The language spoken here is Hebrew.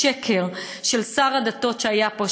השקר של השר לשירותי דת שהיה פה,